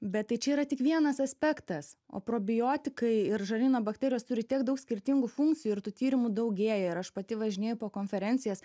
bet tai čia yra tik vienas aspektas o probiotikai ir žarnyno bakterijos turi tiek daug skirtingų funkcijų ir tų tyrimų daugėja ir aš pati važinėju po konferencijas